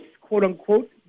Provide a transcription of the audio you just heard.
quote-unquote